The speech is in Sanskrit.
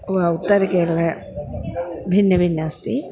वा उत्तरकेरला भिन्नभिन्न अस्ति